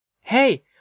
Hey